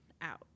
out